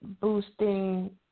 boosting